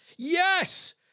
Yes